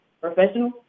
professional